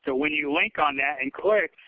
but when you link on that and click,